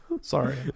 sorry